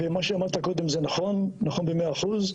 מה שאמרת קודם זה נכון במאה אחוז.